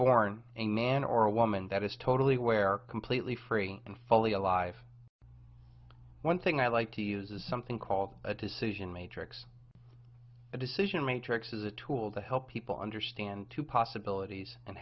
reborn a man or a woman that is totally where completely free and fully alive one thing i like to use is something called a decision matrix a decision matrix is a tool to help people understand two possibilities and